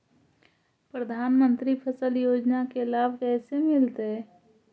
प्रधानमंत्री फसल योजना के लाभ कैसे मिलतै?